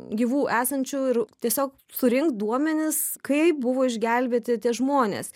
gyvų esančių ir tiesiog surinkt duomenis kaip buvo išgelbėti tie žmonės